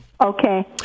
Okay